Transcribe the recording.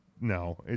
no